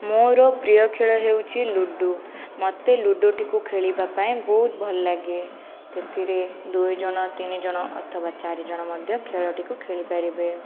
ମୋର ପ୍ରିୟ ଖେଳ ହେଉଛି ଲୁଡୁ ମୋତେ ଲୁଡୁଟିକୁ ଖେଳିବା ପାଇଁ ବହୁତ ଭଲ ଲାଗେ ସେଥିରେ ଦୁଇ ଜଣ ତିନି ଜଣ ଅଥବା ଚାରି ଜଣ ମଧ୍ୟ ଖେଳଟିକୁ ଖେଳି ପାରିବେ